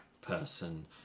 person